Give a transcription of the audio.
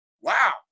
Wow